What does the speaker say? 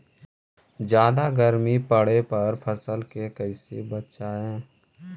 जादा गर्मी पड़े पर फसल के कैसे बचाई?